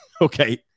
Okay